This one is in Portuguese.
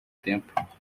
tempo